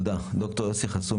ד"ר יוסי חסון,